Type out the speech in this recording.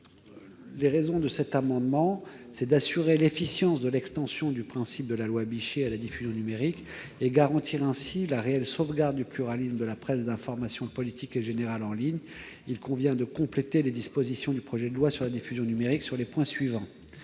je suis l'auteur. Cela étant, afin d'assurer l'efficience de l'extension des principes de la loi Bichet à la diffusion numérique et de garantir ainsi la réelle sauvegarde du pluralisme de la presse d'information politique et générale en ligne, il convient de compléter les dispositions du projet de loi sur la diffusion numérique sur plusieurs points.